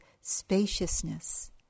spaciousness